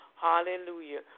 Hallelujah